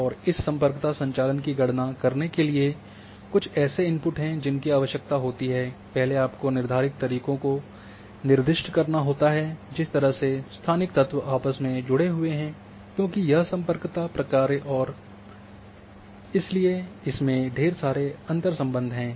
और इस सम्पर्कता संचालन की गणना करने के लिए कुछ ऐसे इनपुट हैं जिनकी आवश्यकता होती है पहले आपको निर्धारित तरीक़ों को निर्दिष्ट करना होता है जिस तरह से स्थानिक तत्व आपस में जुड़े हुए हैं क्योंकि यह सम्पर्कता प्रक्रिया और है इसलिए इसमें ढेर सारे अंतर्संबंध हैं